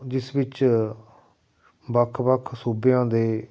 ਜਿਸ ਵਿੱਚ ਵੱਖ ਵੱਖ ਸੂਬਿਆਂ ਦੇ